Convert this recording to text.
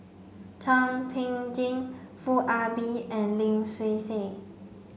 Thum Ping Tjin Foo Ah Bee and Lim Swee Say